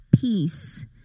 peace